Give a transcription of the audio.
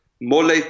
mole